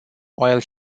while